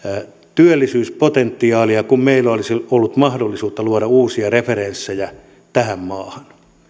työllisyyspotentiaalia kun meillä olisi ollut mahdollisuutta luoda uusia referenssejä tähän maahan